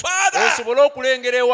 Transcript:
Father